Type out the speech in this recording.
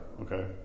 Okay